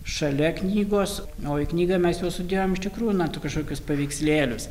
šalia knygos na o į knygą mes jau sudėjom iš tikrųjų na tų kažkokius paveikslėlius